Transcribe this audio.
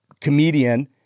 comedian